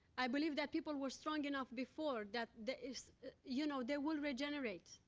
i believe that people were strong enough before, that there is you know, they will regenerate.